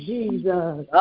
Jesus